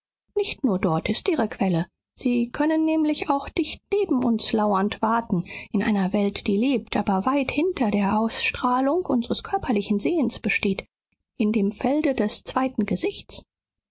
nicht nur dort ist ihre quelle sie können nämlich auch dicht neben uns lauernd warten in einer welt die lebt aber weit hinter der ausstrahlung unseres körperlichen sehens besteht in dem felde des zweiten gesichts